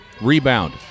Rebound